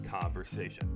conversation